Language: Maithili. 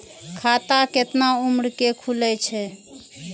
खाता केतना उम्र के खुले छै?